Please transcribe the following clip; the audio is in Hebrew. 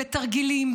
בתרגילים,